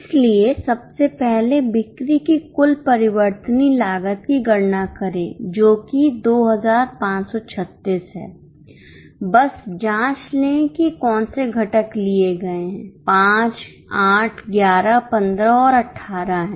इसलिए सबसे पहले बिक्री की कुल परिवर्तनीय लागत की गणना करें जो कि 2536 है बस जांच लें कि कौन से घटक लिए गए हैं 5 8 11 15 और 18 हैं